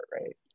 right